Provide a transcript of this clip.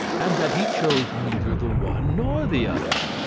and that he chose neither the one nor the other.